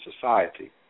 society